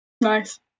Nice